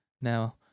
now